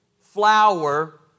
flower